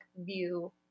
view